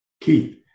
Keith